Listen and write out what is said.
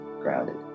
Grounded